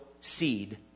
seed